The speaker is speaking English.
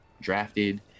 drafted